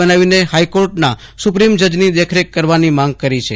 બનાવીને હાઇકોર્ટના સુપ્રિમ જજની દેખરેખ કરવાની માંગણી કરી છે